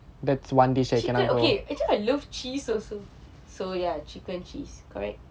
that's one dish that can be okay actually I love cheese also so ya chicken cheese correct